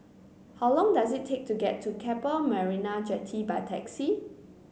how long does it take to get to Keppel Marina Jetty by taxi